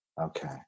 Okay